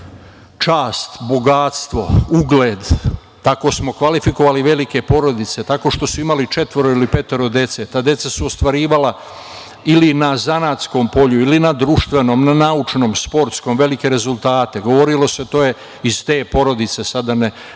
čast, bogatstvo, ugled, tako smo kvalifikovali velike porodice, tako što su imali četvoro ili petoro dece. Ta deca su ostvarivala ili na zanatskom polju, ili na društvenom, na naučnom, sportskom velike rezultate, govorilo se - to je iz te porodice, sada da ne spominjem